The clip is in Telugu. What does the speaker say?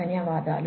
ధన్యవాదాలు